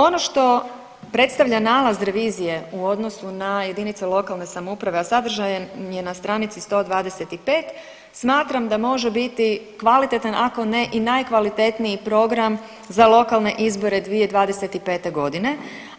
Ono što predstavlja nalaz revizije u odnosu na jedinice lokalne samouprave, a sadržan je na stranici 125, smatram da može biti kvalitetan, ako ne i najkvalitetniji program za lokalne izvore 2025. g.,